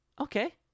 okay